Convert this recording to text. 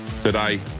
Today